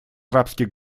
арабских